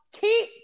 Keep